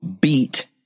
beat